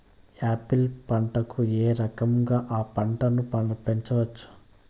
Apple పంటను ఏ రకంగా అ పంట ను పెంచవచ్చు?